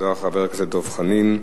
תודה לחבר הכנסת דב חנין,